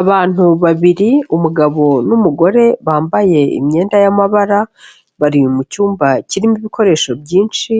Abantu babiri umugabo n'umugore bambaye imyenda y'amabara, bari mu cyumba kirimo ibikoresho byinshi,